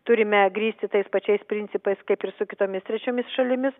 turime grįsti tais pačiais principais kaip ir su kitomis trečiomis šalimis